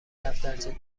دفترچه